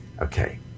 okay